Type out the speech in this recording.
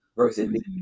versus